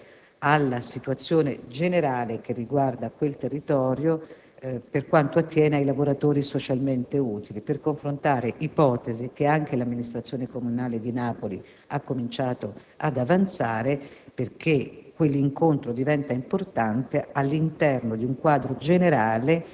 ho già in programma un incontro con gli amministratori locali relativamente alla situazione generale che riguarda quel territorio per quanto attiene ai lavoratori socialmente utili per confrontare ipotesi che anche l'Amministrazione comunale di Napoli ha cominciato ad avanzare, perché